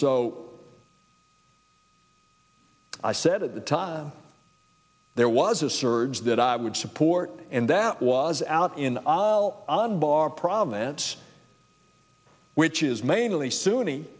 so i said at the time there was a surge that i would support and that was out in the aisle unbar province which is mainly sunni